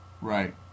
Right